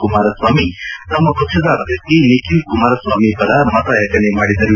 ಕುಮಾರಸ್ವಾಮಿ ತಮ್ಮ ಪಕ್ಷದ ಅಭ್ಯರ್ಥಿ ನಿಖಿಲ್ ಕುಮಾರಸ್ವಾಮಿ ಪರ ಮತಯಾಚನೆ ಮಾಡಿದರು